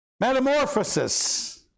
metamorphosis